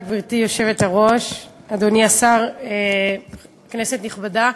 גברתי היושבת-ראש, תודה, אדוני השר, כנסת נכבדה,